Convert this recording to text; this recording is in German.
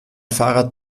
fahrrad